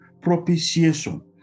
Propitiation